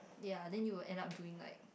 ya then you will end up doing like